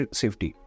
safety